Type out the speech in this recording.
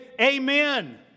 amen